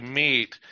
meet